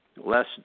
less